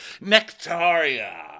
Nectaria